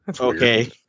Okay